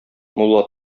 мулла